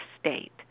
state